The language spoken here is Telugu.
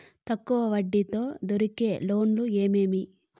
తక్కువ వడ్డీ తో దొరికే లోన్లు ఏమేమీ?